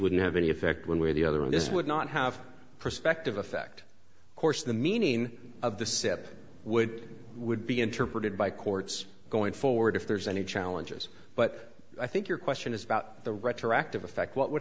wouldn't have any effect one way or the other and this would not have perspective effect of course the meaning of the seven would would be interpreted by courts going forward if there's any challenges but i think your question is about the retroactive effect what would